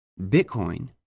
Bitcoin